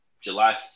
July